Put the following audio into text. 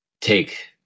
take